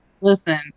Listen